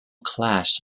class